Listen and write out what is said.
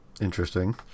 Interesting